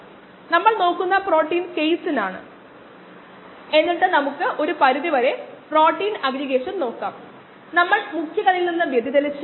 കോശങ്ങളുടെ അളക്കുന്നതിന് പ്ലേറ്റിംഗിന് പതിനാറ് അളവെടുപ്പിന്റെ വിശദാംശങ്ങൾക്കായി നമുക്ക് കാണാൻ കഴിയുന്ന നല്ല വീഡിയോകളാണ് ഇവ